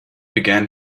began